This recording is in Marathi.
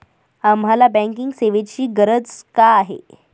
आम्हाला बँकिंग सेवेची गरज का आहे?